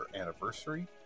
anniversary